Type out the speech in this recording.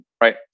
right